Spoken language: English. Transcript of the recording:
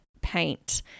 paint